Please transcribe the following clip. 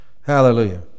Hallelujah